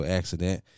accident